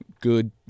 good